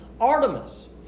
Artemis